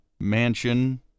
mansion